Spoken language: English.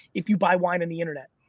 if you buy wine on the internet,